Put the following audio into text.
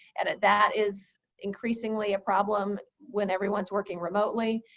and that is increasingly a problem when everyone's working remotely.